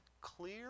clear